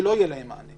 שלא יהיה להם מענה.